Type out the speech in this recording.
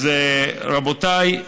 אז רבותיי,